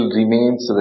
remains